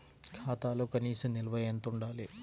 ఖాతాలో కనీస నిల్వ ఎంత ఉండాలి?